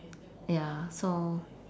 ya so